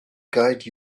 guide